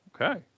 okay